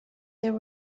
there